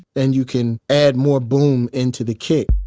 and you can add more boom into the kick.